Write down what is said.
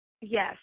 Yes